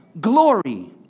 glory